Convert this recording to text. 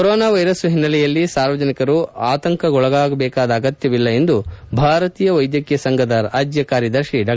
corona virus ಹಿನ್ನೆಲೆಯಲ್ಲಿ ಸಾರ್ವಜನಿಕರು ಆತಂಕಗೊಳಬೇಕಾದ ಅಗತ್ತವಿಲ್ಲ ಎಂದು ಭಾರತೀಯ ವೈದ್ಯಕೀಯ ಸಂಘದ ರಾಜ್ಯ ಕಾರ್ಯದರ್ಶಿ ಡಾ